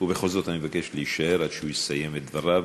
ובכל זאת אני אבקש להישאר עד שהוא יסיים את דבריו,